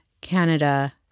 Canada